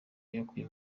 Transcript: yakuye